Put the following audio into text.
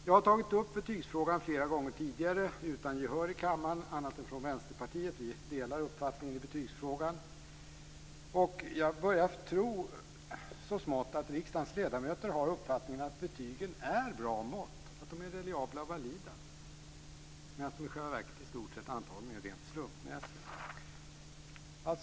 Jag har tagit upp betygsfrågan flera gånger tidigare utan gehör i kammaren, annat än från Vänsterpartiet. Miljöpartiet och Vänsterpartiet delar uppfattning i betygsfrågan. Jag börjar så smått tro att riksdagens ledamöter har uppfattningen att betygen är ett bra mått, att de är reliabla och valida, medan de i själva verket antagligen är i stort sett rent slumpmässiga.